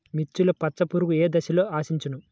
మిర్చిలో పచ్చ పురుగు ఏ దశలో ఆశించును?